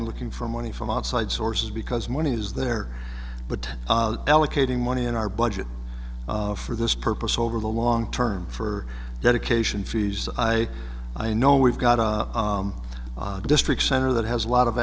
and looking for money from outside sources because money is there but allocating money in our budget for this purpose over the long term for dedication fees i know we've got a district center that has a lot of